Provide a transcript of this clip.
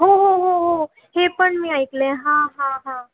हो हो हो हो हो हे पण मी ऐकलं आहे हां हां हां